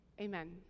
Amen